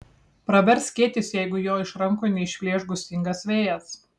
pravers skėtis jeigu jo iš rankų neišplėš gūsingas vėjas